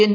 N